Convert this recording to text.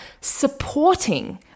supporting